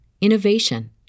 innovation